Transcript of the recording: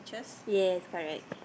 yes correct